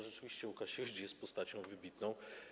Rzeczywiście Łukasiewicz jest postacią wybitną.